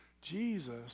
Jesus